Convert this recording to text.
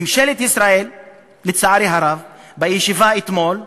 ממשלת ישראל בישיבה אתמול הוכיחה,